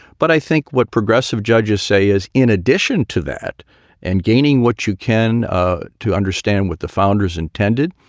but i think what progressive judges say is in addition to that and gaining what you can ah to understand what the founders intended,